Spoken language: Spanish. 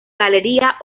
galería